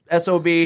SOB